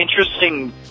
interesting